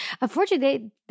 unfortunately